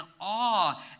awe